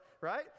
right